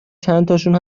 چندتاشون